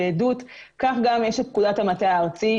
בעדות - כך גם יש פקודת המטה הארצי,